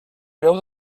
veu